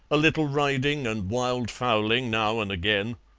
a little riding and wild-fowling now and agen.